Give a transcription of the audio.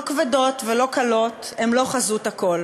לא כבדות ולא קלות, הן לא חזות הכול.